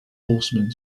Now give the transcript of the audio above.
horsemen